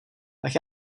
tak